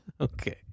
Okay